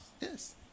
Yes